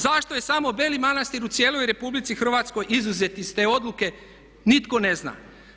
Zašto je samo Beli Manastir u cijeloj RH izuzet iz te odluke, nitko ne zna?